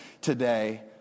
today